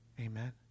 Amen